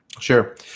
Sure